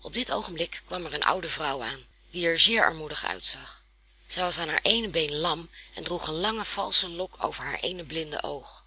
op dit oogenblik kwam er een oude vrouw aan die er zeer armoedig uitzag zij was aan haar eene been lam en droeg een lange valsche lok over haar eene blinde oog